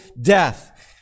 death